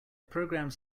programs